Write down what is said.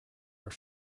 were